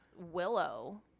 Willow